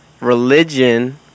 religion